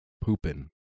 pooping